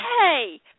hey